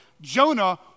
Jonah